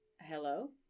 hello